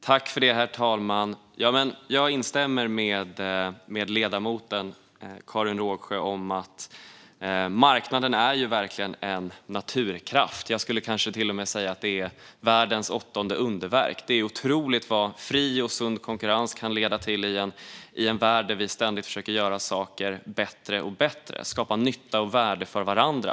Herr talman! Jag instämmer med ledamoten Karin Rågsjö i att marknaden verkligen är en naturkraft. Jag skulle kanske till och med säga att den är världens åttonde underverk. Det är otroligt vad fri och sund konkurrens kan leda till i en värld där vi ständigt försöker göra saker bättre och bättre och skapa nytta och värde för varandra.